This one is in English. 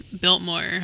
Biltmore